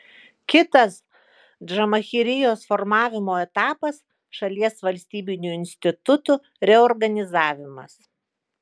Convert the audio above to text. kitas džamahirijos formavimo etapas šalies valstybinių institutų reorganizavimas